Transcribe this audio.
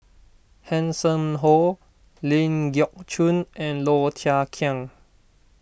Hanson Ho Ling Geok Choon and Low Thia Khiang